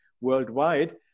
worldwide